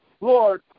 Lord